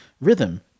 rhythm